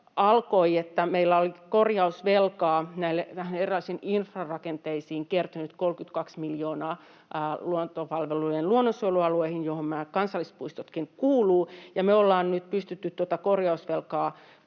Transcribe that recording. alkoi, että meillä oli korjausvelkaa näihin erilaisiin infrarakenteisiin kertynyt 32 miljoonaa Luontopalvelujen luonnonsuojelualueihin, johon kansallispuistotkin kuuluvat. Me ollaan nyt pystytty tuota korjausvelkaa